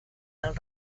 del